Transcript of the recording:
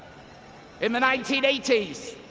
in the nineteen eighty s,